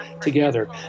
together